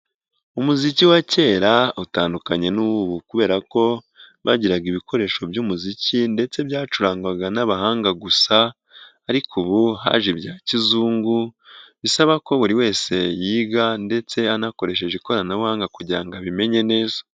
Umuziki wa kera utandukanye n'uwubu kubera ko bagiraga ibikoresho by'umuziki ndetse byacurangwaga n'abahanga gusa ariko ubu haje ibya kizungu bisaba ko buri wese yiga ndetse anakoresheje ikoranabuhanga kugira ngo abimenye neza.